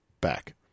back